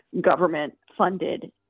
government-funded